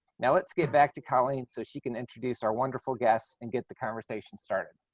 now, let's get back to colleen so she can introduce our wonderful guests and get the conversation started.